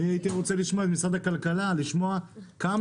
אני הייתי רוצה לשמוע ממשרד הכלכלה כמה